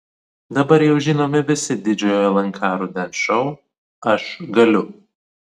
dabar jau žinomi visi didžiojo lnk rudens šou aš galiu